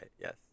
yes